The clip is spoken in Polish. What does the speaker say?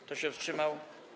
Kto się wstrzymał?